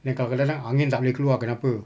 then kalau kadang kadang angin tak boleh keluar kenapa